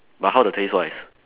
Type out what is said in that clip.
but how the taste wise